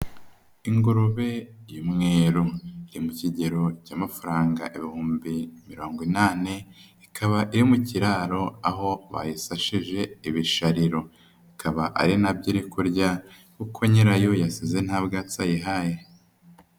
Ingurube y'umweru iri mu kigero cy'amafaranga ibihumbi mirongo inani, ikaba iri mu kiraro aho bayisashije ibishariro. Ikaba ari na byo iri kurya kuko nyirayo yasize nta bwatsi ayihaye.